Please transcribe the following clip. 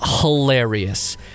hilarious